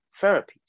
therapies